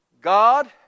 God